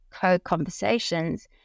co-conversations